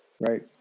right